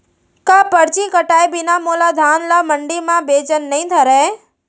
का परची कटाय बिना मोला धान ल मंडी म बेचन नई धरय?